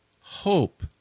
hope